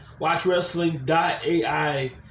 Watchwrestling.ai